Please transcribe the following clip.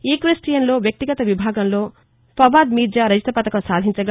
ఈ క్వెప్టియన్లో వ్యక్తిగత విభాగంలో ఫవాద్ మీర్జా రజత పతకం సాధించగా